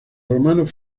romanos